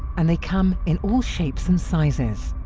and they come in all shapes and sizes.